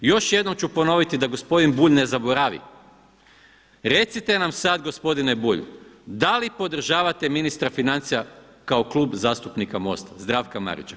Još jednom ću ponoviti da gospodin Bulj ne zaboravi, recite nam sada gospodine Bulj, da li podržavate ministra financija kao Klub zastupnika MOST-a Zdravka Marića?